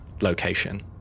location